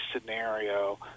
scenario